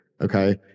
okay